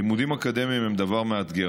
לימודים אקדמיים הם דבר מאתגר,